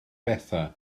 bethau